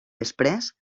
després